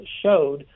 showed